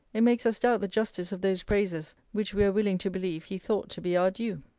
it makes us doubt the justice of those praises which we are willing to believe he thought to be our due.